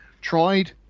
tried